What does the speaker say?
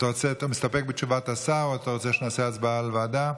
אתה מסתפק בתשובת השר או שאתה רוצה שנעשה הצבעה על ועדה?